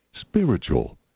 spiritual